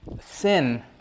sin